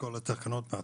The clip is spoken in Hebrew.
על סדר-היום: